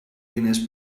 diners